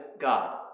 God